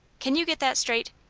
can you get that straight?